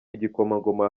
igikomangoma